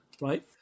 right